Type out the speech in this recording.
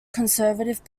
conservative